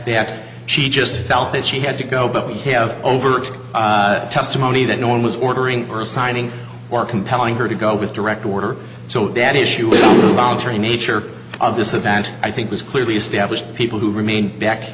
that she just felt that she had to go but we have overt testimony that no one was ordering or signing or compelling her to go with direct order so that issue voluntary nature of this event i think was clearly established people who remain back